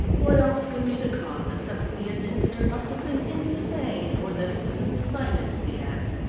what else can be the cause, except that the attentater must have been insane, or that he was incited to the act.